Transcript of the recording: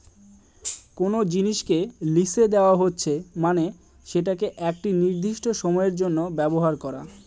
কোনো জিনিসকে লিসে দেওয়া হচ্ছে মানে সেটাকে একটি নির্দিষ্ট সময়ের জন্য ব্যবহার করা